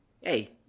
Hey